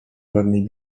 pewnej